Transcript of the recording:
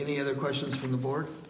any other questions from the board